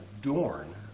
adorn